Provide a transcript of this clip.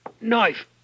knife